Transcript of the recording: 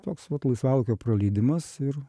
toks vat laisvalaikio praleidimas ir